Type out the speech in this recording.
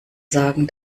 sagen